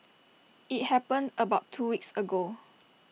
IT happened about two weeks ago